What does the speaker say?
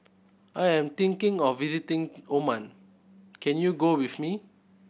I am thinking of visiting Oman can you go with me